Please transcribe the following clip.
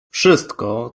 wszystko